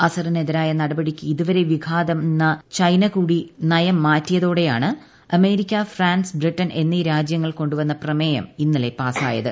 അസറിനെതിരായ നടപടിയ്ക്ക് ഇതുവരെ വിഘാതം നിന്ന ചൈനകൂടി നയം മാറ്റിയതോടെയാണ് അമേരിക്കഫ്രാൻസ് ബ്രിട്ടൺ എന്നീ രാജ്യങ്ങൾ കൊണ്ടുവന്ന പ്രമേയം ഇന്നലെ പാസ്സായത്